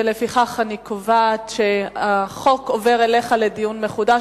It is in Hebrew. לפיכך אני קובעת שהחוק עובר אליך לדיון מחודש